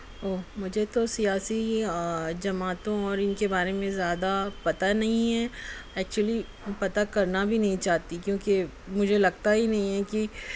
اوہ مجھے تو سیاسی جماعتوں اور ان کے بارے میں زیادہ پتہ نہیں ہے ایکچولی پتہ کرنا بھی نہیں چاہتی کیونکہ مجھے لگتا ہی نہیں ہے کہ